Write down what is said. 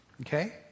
Okay